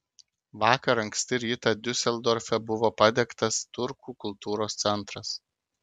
vakar anksti rytą diuseldorfe buvo padegtas turkų kultūros centras